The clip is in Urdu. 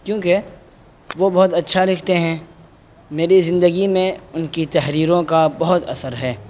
کیونکہ وہ بہت اچھا لکھتے ہیں میری زندگی میں ان کی تحریروں کا بہت اثر ہے